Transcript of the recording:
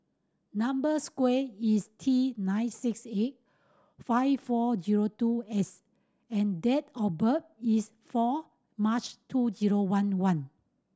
number sqare is T nine six eight five four zero two S and date of birth is four March two zero one one